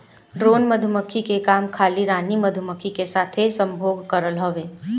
drone मधुमक्खी के काम खाली रानी मधुमक्खी के साथे संभोग करल हवे